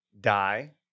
die